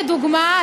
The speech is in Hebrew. לדוגמה,